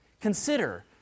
Consider